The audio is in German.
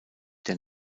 der